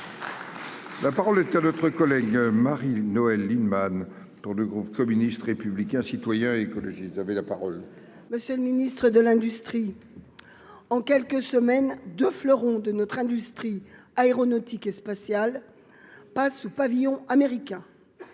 La parole est à notre collègue Marie-Noëlle Lienemann pour le groupe communiste, républicain, citoyen et écologiste avait la parole. Monsieur le Ministre de l'industrie en quelques semaines, 2 fleurons de notre industrie aéronautique et spatiale passe sous pavillon américain,